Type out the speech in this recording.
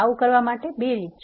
આવુ કરવા માટે બે રીત છે